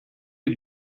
you